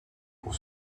pour